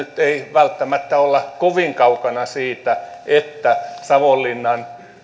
välttämättä olla kovin kaukana siitä että savonlinnan